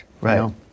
Right